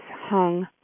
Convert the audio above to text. hung